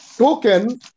Token